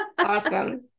Awesome